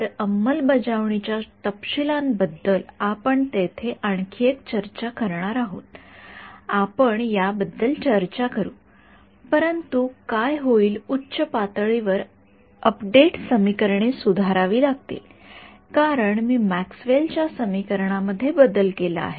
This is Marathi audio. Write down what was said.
तर अंमलबजावणी च्या तपशीलांबद्दल आपण तेथे आणखी एक चर्चा करणार आहोत आपण याबद्दल चर्चा करू परंतु काय होईल उच्च पातळीवर अपडेट समीकरणे सुधारावी लागतील कारण मी मॅक्सवेल च्या समीकरणा मध्ये बदल केला आहे